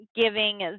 giving